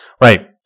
right